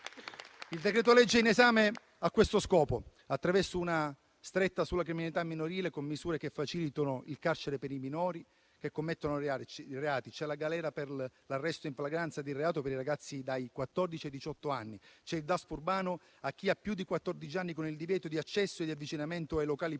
Il decreto-legge in esame ha questo scopo: una stretta sulla criminalità minorile, con misure che facilitano il carcere per i minori che commettono reati; c'è la galera per l'arresto in flagranza di reato per i ragazzi dai quattordici ai diciotto anni; c'è il Daspo urbano per chi ha più di quattordici anni, con il divieto di accesso e di avvicinamento ai locali pubblici